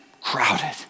crowded